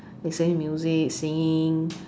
listening music singing